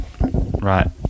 Right